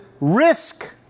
risk